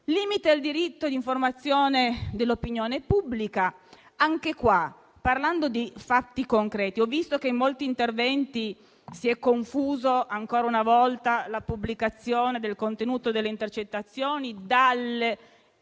limite al diritto di informazione dell'opinione pubblica, anche qua, parlando di fatti concreti, ho visto che in molti interventi si è confusa, ancora una volta, la pubblicazione del contenuto delle intercettazioni con la questione